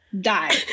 die